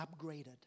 upgraded